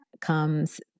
comes